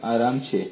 એક આરામ છે